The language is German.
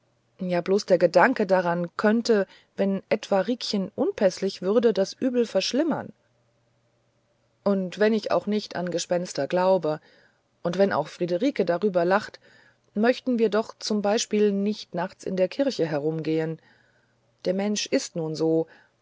ja bloß der gedanke daran könnte wenn etwa riekchen unpäßlich würde das übel verschlimmern und wenn ich auch nicht an gespenster glaube und wenn auch friederike darüber lacht möchten wir doch zum beispiel nicht nachts in der kirche herumgehen der mensch ist nun so